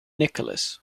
nicholas